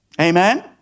Amen